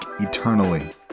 eternally